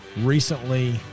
recently